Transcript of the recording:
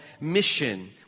mission